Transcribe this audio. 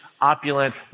opulent